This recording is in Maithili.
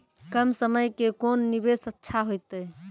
कम समय के कोंन निवेश अच्छा होइतै?